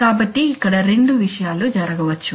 కాబట్టి ఇక్కడ రెండు విషయాలు జరగవచ్చు